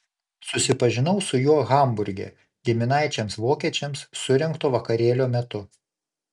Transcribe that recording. susipažinau su juo hamburge giminaičiams vokiečiams surengto vakarėlio metu